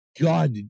god